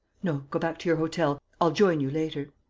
no, go back to your hotel. i'll join you later.